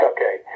Okay